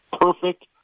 perfect